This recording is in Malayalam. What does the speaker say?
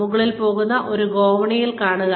മുകളിലേക്ക് പോകുന്ന ഒരു ഗോവണി കാണുക